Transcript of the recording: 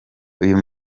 uyu